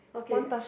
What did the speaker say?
okay